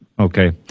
Okay